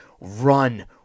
Run